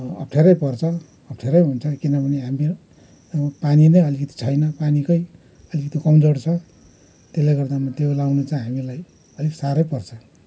अप्ठ्यारै पर्छ अप्ठ्यारै हुन्छ किनभने हामी पानी नै अलिकति छैन पानीकै अलिकति कमजोर छ त्यसले गर्दामा त्यो लाउनु चाहिँ हामीलाई अलिक साह्रै पर्छ